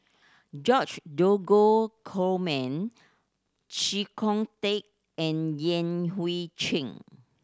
George Dromgold Coleman Chee Kong Tet and Yan Hui Chang